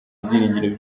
ibyiringiro